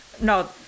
No